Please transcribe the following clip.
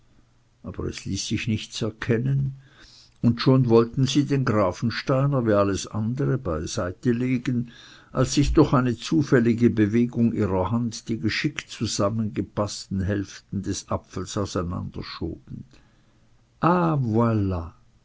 aber es ließ sich nichts erkennen und schon wollte sie den gravensteiner wie alles andere beiseite legen als sich durch eine zufällige bewegung ihrer hand die geschickt zusammengepaßten hälften des apfels auseinanderschoben